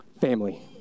Family